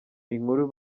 inkuru